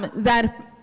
but that